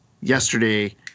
yesterday